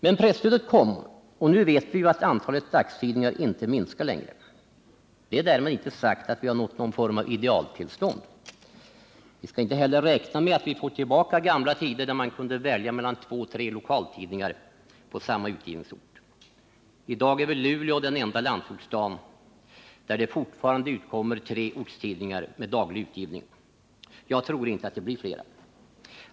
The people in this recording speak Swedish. Men presstödet kom, och nu vet vi ju att antalet dagstidningar inte minskar längre. Det är därmed inte sagt att vi har nått någon form av idealtillstånd. Vi skall inte heller räkna med att vi får tillbaka gamla tider, då man kunde välja mellan två till tre lokaltidningar på samma utgivningsort. I dag är väl Luleå den enda landsortsstad där det fortfarande utkommer tre ortstidningar med daglig utgivning. Jag tror inte att det blir flera.